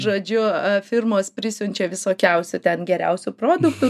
žodžiu firmos prisiunčia visokiausių ten geriausių produktų